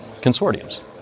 consortiums